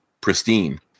pristine